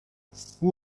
who